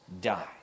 die